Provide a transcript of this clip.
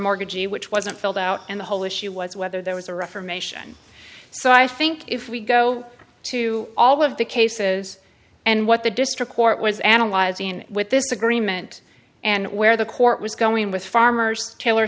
mortgage which wasn't filled out and the whole issue was whether there was a reformation so i think if we go to all of the cases and what the district court was analyzing with this agreement and where the court was going with farmers taylor